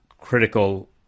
critical